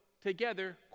together